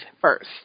first